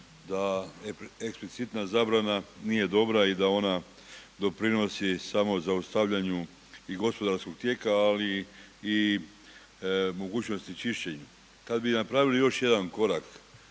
da eksplicitna zabrana nije dobra i da ona doprinosi samozaustavljanju i gospodarskog tijeka ali i mogućnosti čišćenja. Kad bi napravili još jedna korak